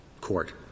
Court